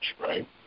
right